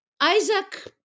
Isaac